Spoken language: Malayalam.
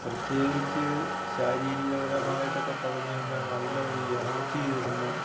പ്രത്യേകിച്ച് ശാരീരികപരമായിട്ടൊക്കെ പറഞ്ഞു കഴിഞ്ഞാല് നല്ല ഒരു എനർജി തരുന്ന